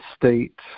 state –